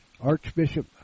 Archbishop